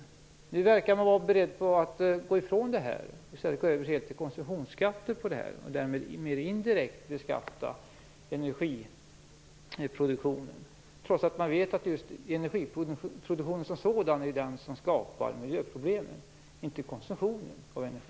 Man verkar nu vara beredd att gå ifrån det och i stället gå över till konsumtionsskatter och därmed mer indirekt beskatta energiproduktionen, trots att vi vet att det är just energiproduktionen som sådan som skapar miljöproblemen, inte konsumtionen av energi.